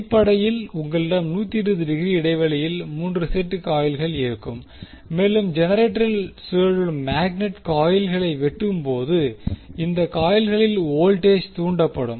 அடிப்படையில் உங்களிடம் 120 டிகிரி இடைவெளியில் 3 செட் காயில்கள் இருக்கும் மேலும் ஜெனரேட்டரில் சுழலும் மேக்னட் காயில்களை வெட்டும்போது இந்த காயில்களில் வோல்டேஜ் தூண்டப்படும்